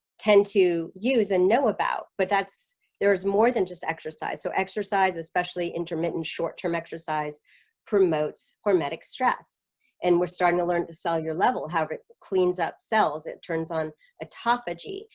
tend to use and know about but that's there's more than just exercise so exercise especially intermittent short-term exercise promotes hormetic stress and we're starting to learn to sell your level how it cleans up cells. it turns on a toff. adji.